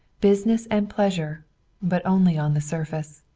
business and pleasure but only on the surface.